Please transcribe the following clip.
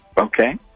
Okay